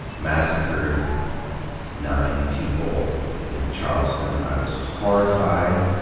massacred nine people in charleston, i was horrified.